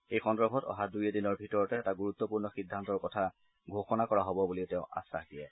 এই সন্দৰ্ভত অহা দুই এদিনৰ ভিতৰত এটা গুৰুত্বপূৰ্ণ সিদ্ধান্তৰ কথা ঘোষণা কৰা হ'ব বুলিও তেওঁ আশ্বাস দিয়ে